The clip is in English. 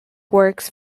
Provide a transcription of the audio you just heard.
works